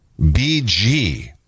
BG